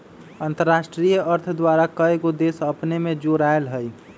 अंतरराष्ट्रीय अर्थ द्वारा कएगो देश अपने में जोरायल हइ